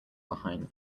behind